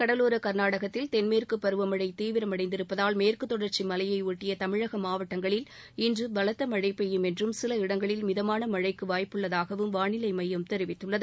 கடலோர கர்நாடகத்தில் தென்மேற்கு பருவமழை தீவிரமடைந்திருப்பதால் மேற்கு தொடர்ச்சி மலையை ஒட்டிய தமிழக மாவட்டங்களில் இன்று பலத்த மழை பெய்யும் என்றும் சில இடங்களில் மிதமான மழைக்கு வாய்ப்புள்ளதாகவும் வானிலை மையம் தெரிவித்துள்ளது